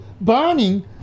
burning